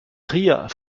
trier